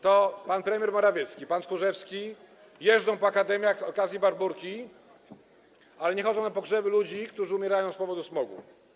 To pan premier Morawiecki, pan Tchórzewski jeżdżą po akademiach z okazji Barbórki, ale nie chodzą na pogrzeby ludzi, którzy umierają z powodu smogu.